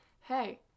hey